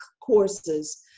courses